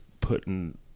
putting